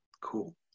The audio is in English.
cool